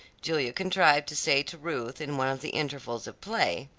julia contrived to say to ruth in one of the intervals of play.